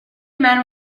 man